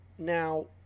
Now